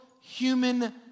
human